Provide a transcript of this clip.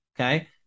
Okay